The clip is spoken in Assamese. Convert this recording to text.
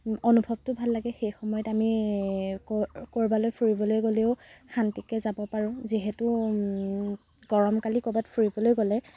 অনুভৱটো ভাল লাগে সেই সময়ত আমি ক'ৰ ক'ৰবালৈ ফুৰিবলৈ গ'লেও শান্তিকৈ যাব পাৰোঁ যিহেতু গৰম কালি ক'ৰবাত ফুৰিবলৈ গ'লে